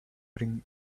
bring